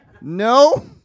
No